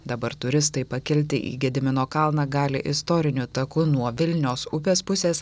dabar turistai pakelti į gedimino kalną gali istoriniu taku nuo vilnios upės pusės